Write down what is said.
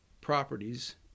properties